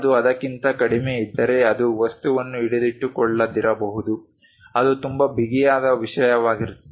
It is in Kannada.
ಅದು ಅದಕ್ಕಿಂತ ಕಡಿಮೆಯಿದ್ದರೆ ಅದು ವಸ್ತುವನ್ನು ಹಿಡಿದಿಟ್ಟುಕೊಳ್ಳದಿರಬಹುದು ಅದು ತುಂಬಾ ಬಿಗಿಯಾದ ವಿಷಯವಾಗಿರುತ್ತದೆ